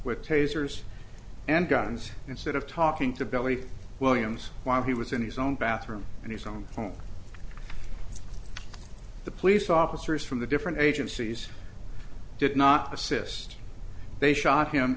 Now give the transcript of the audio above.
with tasers and guns instead of talking to billy williams while he was in his own bathroom and his own home the police officers from the different agencies did not assist they shot him